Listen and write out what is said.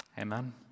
Amen